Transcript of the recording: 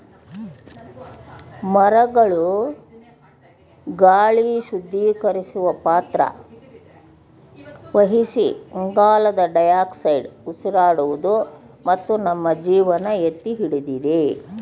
ಮರಗಳು ಗಾಳಿ ಶುದ್ಧೀಕರಿಸುವ ಪಾತ್ರ ವಹಿಸಿ ಇಂಗಾಲದ ಡೈಆಕ್ಸೈಡ್ ಉಸಿರಾಡುವುದು ಮತ್ತು ನಮ್ಮ ಜೀವನ ಎತ್ತಿಹಿಡಿದಿದೆ